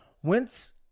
whence